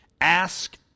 Ask